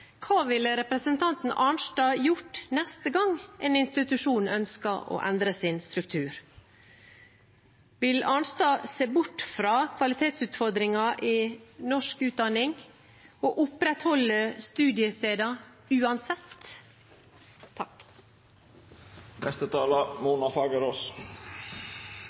hva ville representanten Arnstad ha gjort neste gang en institusjon ønsket å endre sin struktur? Vil Arnstad se bort fra kvalitetsutfordringen i norsk utdanning og opprette studiesteder uansett? Representanten Mona Fagerås